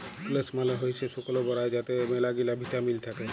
প্রুলেস মালে হইসে শুকল বরাই যাতে ম্যালাগিলা ভিটামিল থাক্যে